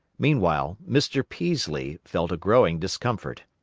meanwhile, mr. peaslee felt a growing discomfort.